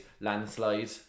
landslide